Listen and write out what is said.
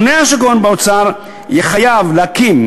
הממונה על שוק ההון באוצר יהיה חייב להקים